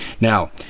Now